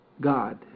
God